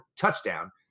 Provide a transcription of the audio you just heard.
TOUCHDOWN